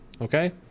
Okay